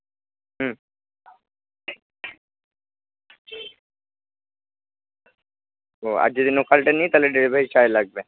হুম ও আর যদি লোকালটা নিই তাহলে ডেলিভারি চার্জ লাগবে